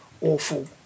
awful